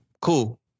Cool